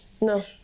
No